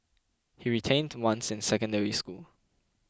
he retained once in Secondary School